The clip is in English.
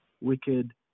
wicked